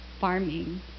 farming